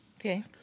Okay